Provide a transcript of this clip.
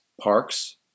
parks